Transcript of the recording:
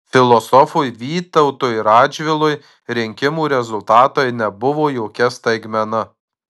filosofui vytautui radžvilui rinkimų rezultatai nebuvo jokia staigmena